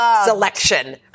selection